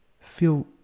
feel